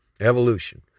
Evolution